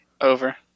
Over